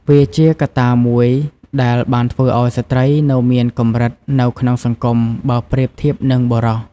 វាជាកត្តាមួយដែលបានធ្វើឱ្យស្ត្រីនៅមានកម្រិតនៅក្នុងសង្គមបើប្រៀបធៀបនឹងបុរស។